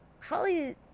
Holly